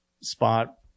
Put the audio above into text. spot